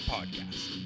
Podcast